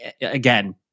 again